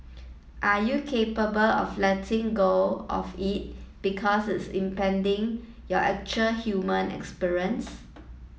are you capable of letting go of it because it's impeding your actual human experience